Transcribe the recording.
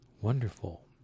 wonderful